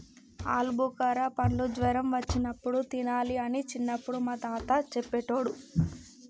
ఆల్బుకార పండ్లు జ్వరం వచ్చినప్పుడు తినాలి అని చిన్నపుడు మా తాత చెప్పేటోడు